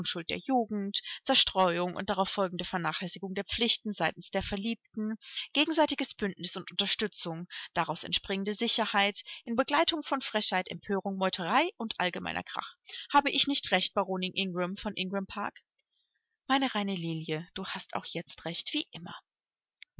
der jugend zerstreuung und darauf folgende vernachlässigung der pflichten seitens der verliebten gegenseitiges bündnis und unterstützung daraus entspringende sicherheit in begleitung von frechheit empörung meuterei und allgemeiner krach habe ich nicht recht baronin ingram von ingram park meine reine lilie du hast auch jetzt recht wie immer